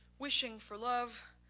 wishing for love,